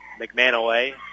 McManaway